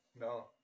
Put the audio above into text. No